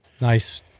Nice